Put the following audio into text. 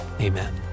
amen